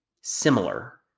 similar